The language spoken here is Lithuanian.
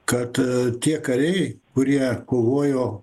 kad tie kariai kurie kovojo